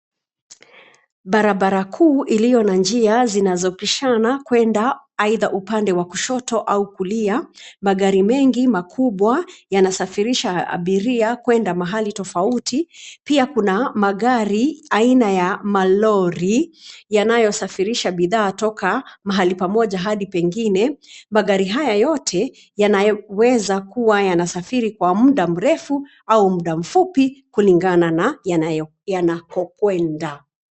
Barabara kuu iliyo na njia zinazopisha kwenda aidha upande wa kushoto au kulia magari mengi makubwa yanasafirisha abiria kwenda mahali tofauti pia kuna magari aina ya malori yanayosafirisha bidhaa toka mahali pamoja hadi pengine, magari haya yote yanaweza kuwa yanasafiri kwa mda mrefu au mda mfupi kulingana na yanakokwenda.